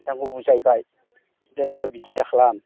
बिथांखौ बुजायबाय जे नोङो बिदि दाखालाम